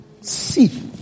See